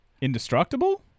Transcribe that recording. indestructible